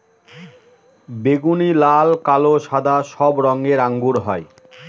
বেগুনি, লাল, কালো, সাদা সব রঙের আঙ্গুর হয়